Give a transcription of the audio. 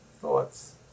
thoughts